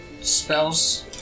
spells